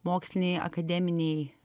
mokslinėj akademinėj